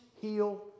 heal